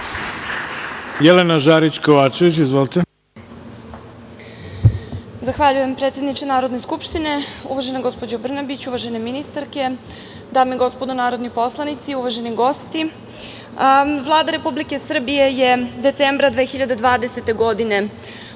Jelena Žarić Kovačević. Izvolite.